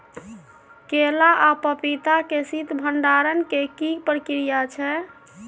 केला आ पपीता के शीत भंडारण के की प्रक्रिया छै?